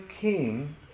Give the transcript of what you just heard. king